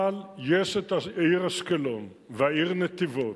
אבל יש העיר אשקלון והעיר נתיבות,